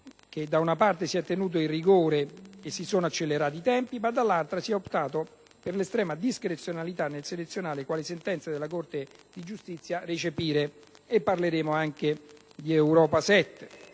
che da una parte si è tenuto il rigore e si sono accelerati i tempi, ma dall'altra si è optato per l'estrema discrezionalità nel selezionare quali sentenze della Corte di giustizia recepire (parleremo anche di Europa 7).